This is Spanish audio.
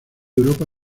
europa